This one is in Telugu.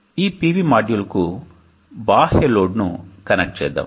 ఈ పివి మాడ్యూల్కు బాహ్య లోడ్ను కనెక్ట్ చేద్దాం